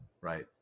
right